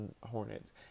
Hornets